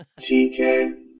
TK